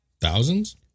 Thousands